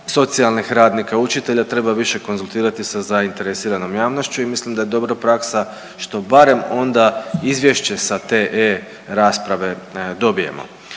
socijalnih radnika, učitelja treba više konzultirati sa zainteresiranom javnošću i mislim da je dobra praksa što barem onda izvješće sa te e-rasprave dobijemo.